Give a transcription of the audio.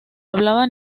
hablaba